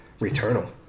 Returnal